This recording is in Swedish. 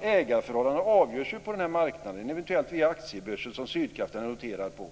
Ägarförhållandena avgörs på marknaden, eventuellt via aktiebörsen som Sydkraft är noterad på.